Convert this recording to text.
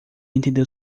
entender